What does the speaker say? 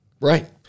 Right